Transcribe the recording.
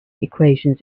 equations